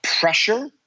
pressure